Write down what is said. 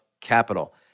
capital